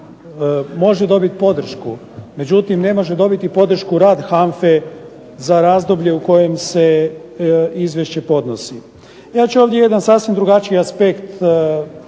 može dobiti podršku, međutim ne može dobiti podršku rad HANFA-e za razdoblje u kojem se izvješće podnosi. Ja ću ovdje jedan sasvim drugačiji aspekt